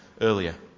earlier